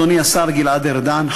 אדוני השר גלעד ארדן,